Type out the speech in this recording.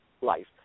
life